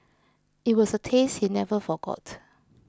it was a taste he never forgot